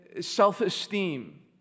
self-esteem